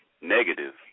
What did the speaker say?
negative